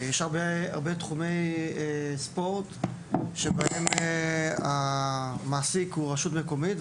ישנם הרבה תחומי ספורט שבהם המעסיק הוא רשות מקומית.